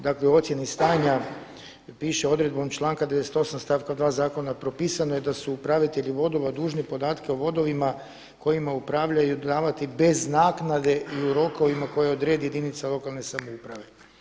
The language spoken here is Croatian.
Dakle u ocjeni stanja piše „odredbom članka 98. stavka 2. Zakona propisano je su upravitelji vodova dužni podatke o vodovima kojima upravljaju davati bez naknade i u rokovima koje odredi jedinica lokalne samouprave“